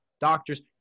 doctors